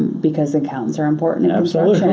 because accountants are important in um so